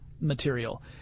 material